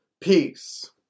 Peace